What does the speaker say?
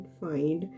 find